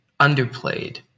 underplayed